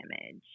image